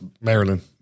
Maryland